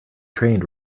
trained